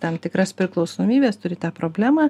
tam tikras priklausomybes turi tą problemą